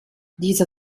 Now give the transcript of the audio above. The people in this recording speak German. diese